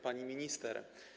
Pani Minister!